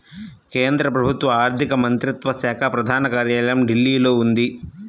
కేంద్ర ప్రభుత్వ ఆర్ధిక మంత్రిత్వ శాఖ ప్రధాన కార్యాలయం ఢిల్లీలో ఉంది